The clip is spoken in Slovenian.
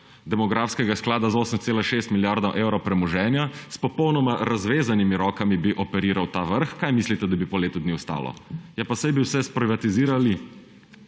demografskega sklada z 8,6 milijarde evrov premoženja, s popolnoma razvezanimi rokami bi operiral ta vrh. Kaj mislite, da bi po letu dni ostalo? Ja, pa saj bi vse sprivatizirali,